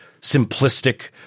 simplistic